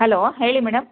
hello ಹೇಳಿ madam